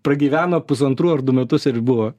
pragyveno pusantrų ar du metus ir buvo